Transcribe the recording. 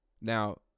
Now